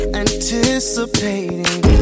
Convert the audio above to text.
anticipating